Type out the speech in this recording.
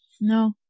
No